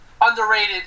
underrated